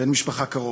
בן משפחה קרוב.